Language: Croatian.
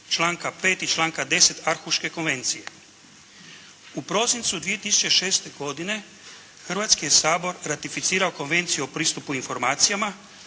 članka 5. i članka 10. Arhuške konvencije. U prosincu 2006. godine Hrvatski je sabor ratificirao Konvenciju o pristupu informacijama,